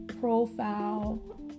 profile